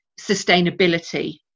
sustainability